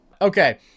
Okay